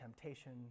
temptation